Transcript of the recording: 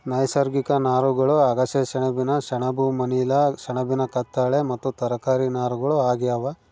ನೈಸರ್ಗಿಕ ನಾರುಗಳು ಅಗಸೆ ಸೆಣಬಿನ ಸೆಣಬು ಮನಿಲಾ ಸೆಣಬಿನ ಕತ್ತಾಳೆ ಮತ್ತು ತರಕಾರಿ ನಾರುಗಳು ಆಗ್ಯಾವ